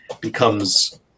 becomes